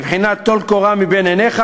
בבחינת טול קורה מבין עיניך,